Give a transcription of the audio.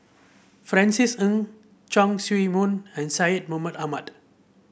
Francis Ng Chong Siew Meng and Syed Mohamed Ahmed